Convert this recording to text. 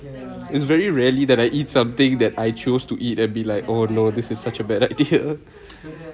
it's very rarely that I eat something that I chose to eat and be like oh no this is such a bad idea